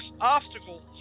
obstacles